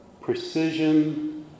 precision